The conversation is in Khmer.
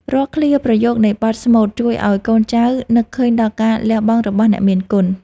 រាល់ឃ្លាប្រយោគនៃបទស្មូត ជួយឱ្យកូនចៅនឹកឃើញដល់ការលះបង់របស់អ្នកមានគុណ។